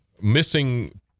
missing